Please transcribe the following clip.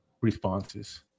responses